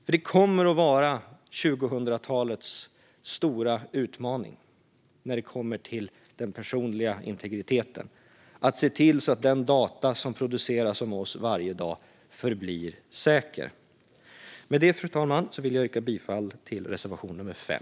När det kommer till den personliga integriteten kommer det att vara 2000-talets stora utmaning att se till det förblir säkert när det gäller data som varje dag produceras om oss. Med det, fru talman, vill jag yrka bifall till reservation nummer 5.